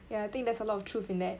ya I think there's a lot of truth in that